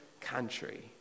country